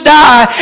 die